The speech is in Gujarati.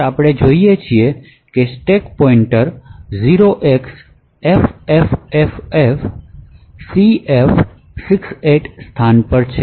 આપણે જોઈએ છીએ કે સ્ટેક પોઇન્ટર 0xffffcf68 સ્થાન પર છે